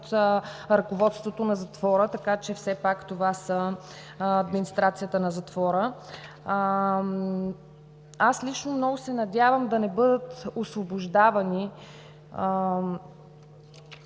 от ръководството на затвора, така че все пак това е администрацията на затвора. Аз лично много се надявам да не бъдат освобождавани